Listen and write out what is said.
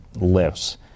lifts